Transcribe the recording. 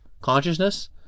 consciousness